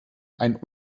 einen